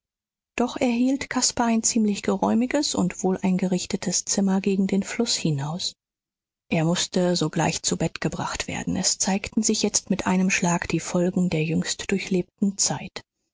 doch erhielt caspar ein ziemlich geräumiges und wohleingerichtetes zimmer gegen den fluß hinaus er mußte sogleich zu bett gebracht werden es zeigten sich jetzt mit einem schlag die folgen der jüngstdurchlebten zeit